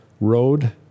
road